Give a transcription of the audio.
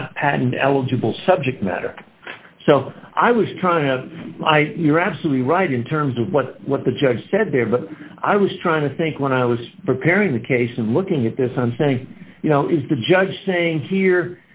patent eligible subject matter so i was trying to you're absolutely right in terms of what what the judge said there but i was trying to think when i was preparing the case and looking at this and saying you know is the judge saying here